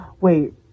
Wait